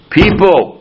people